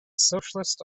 socialist